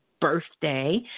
birthday